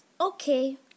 okay